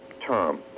term